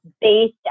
Based